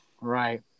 right